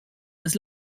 his